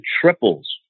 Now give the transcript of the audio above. triples